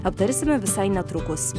aptarsime visai netrukus